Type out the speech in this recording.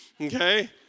okay